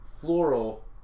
floral